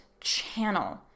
channel